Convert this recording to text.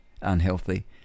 unhealthy